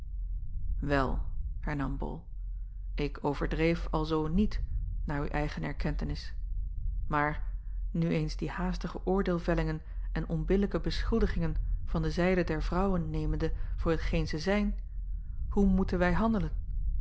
el hernam ol ik overdreef alzoo niet naar uw eigen erkentenis maar nu eens die haastige oordeelvellingen en onbillijke beschuldigingen van de zijde der vrouwen nemende voor t geen ze zijn hoe moeten wij handelen